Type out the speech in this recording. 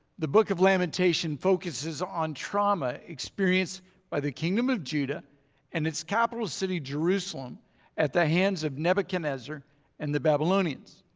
the book of lamentation focuses on trauma experienced by the kingdom of judah and its capital city jerusalem at the hands of nebuchadnezzar and the babylonians.